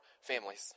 families